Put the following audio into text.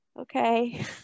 Okay